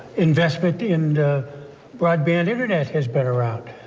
investment in broadband internet has been around.